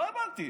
לא הבנתי.